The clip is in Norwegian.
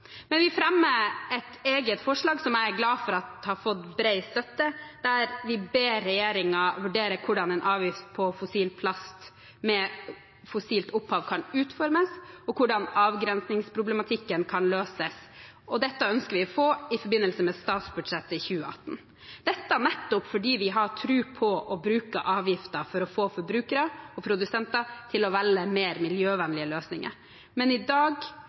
Men vi fremmer et eget forslag, som jeg er glad for at har fått bred støtte. Der ber vi regjeringen vurdere hvordan en avgift på plast med fossilt opphav kan utformes, og hvordan avgrensningsproblematikken kan løses. Dette ønsker vi å få i forbindelse med statsbudsjettet for 2018. Dette er nettopp fordi vi har tro på å bruke avgifter for å få forbrukere og produsenter til å velge mer miljøvennlige løsninger. Men i dag,